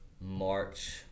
March